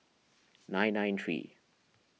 nine nine three